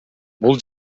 бул